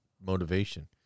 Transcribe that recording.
motivation